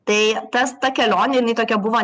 tai tas ta kelionė jinai tokia buvo